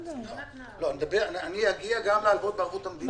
אני אגיע גם להלוואות בערבות המדינה.